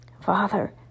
father